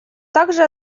также